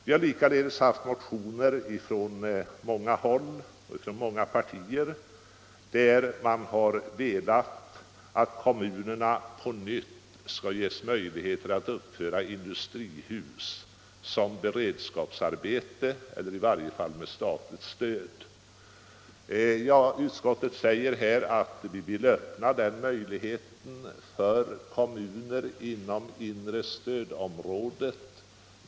Vi har likaledes haft motioner från många håll och skilda partier där man velat att kommunerna på nytt skall ges möjligheter att uppföra industrihus som beredskapsarbete eller i varje fall med statligt stöd. Utskottet uttalar att vi bör öppna den möjligheten för kommuner inom inre stödområdet.